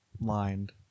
lined